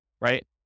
right